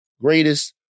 greatest